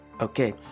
Okay